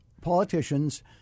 Politicians